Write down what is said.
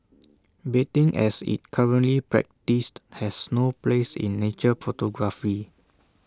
baiting as IT currently practised has no place in nature photography